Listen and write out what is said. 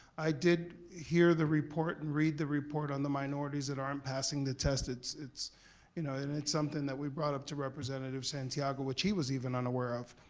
i did hear the report and read the report on the minorities that aren't passing the test. it's it's you know and something that we brought up to representative santiago, which he was even unaware of,